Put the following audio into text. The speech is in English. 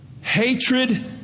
hatred